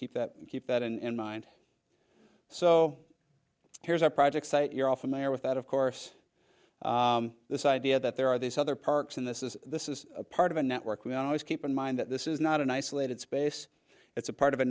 keep that keep that in mind so here's our project site you're all familiar with that of course this idea that there are these other parks and this is this is part of a network we always keep in mind that this is not an isolated space it's a part of a